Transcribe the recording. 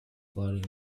flooding